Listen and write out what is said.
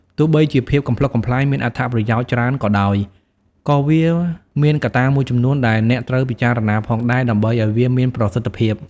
ទោះបីជាភាពកំប្លុកកំប្លែងមានអត្ថប្រយោជន៍ច្រើនក៏ដោយ ក៏វាមានកត្តាមួយចំនួនដែលអ្នកត្រូវពិចារណាផងដែរដើម្បីឱ្យវាមានប្រសិទ្ធភាព។